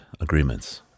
agreements